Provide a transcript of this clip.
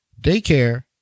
Daycare